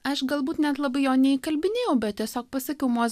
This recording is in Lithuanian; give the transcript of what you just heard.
aš galbūt net labai jo neįkalbinėjau bet tiesiog pasakiau moze